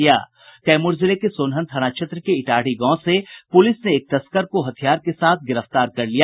कैमूर जिले के सोनहन थाना क्षेत्र के इटाढ़ी गांव से पुलिस ने एक तस्कर को हथियार के साथ गिरफ्तार कर लिया